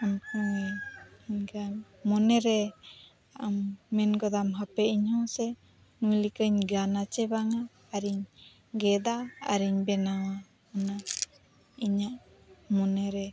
ᱚᱱᱠᱟ ᱜᱮ ᱮᱱᱠᱷᱟᱱ ᱢᱚᱱᱮ ᱨᱮ ᱟᱢ ᱢᱮᱱ ᱜᱚᱫᱟᱢ ᱦᱟᱯᱮ ᱤᱧᱦᱚᱸ ᱥᱮ ᱱᱩᱭ ᱞᱮᱠᱟᱧ ᱜᱟᱱᱟ ᱪᱮ ᱵᱟᱝᱟ ᱟᱨᱤᱧ ᱜᱮᱫᱟ ᱟᱨᱤᱧ ᱵᱮᱱᱟᱣᱟ ᱚᱱᱟ ᱤᱧᱟᱹᱜ ᱢᱚᱱᱮ ᱨᱮ